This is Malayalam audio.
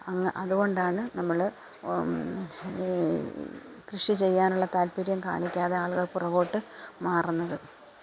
അതുകൊണ്ടാണ് നമ്മൾ കൃഷി ചെയ്യാനുള്ള താല്പ്പര്യം കാണിക്കാതെ ആളുകള് പുറകോട്ട് മാറുന്നത്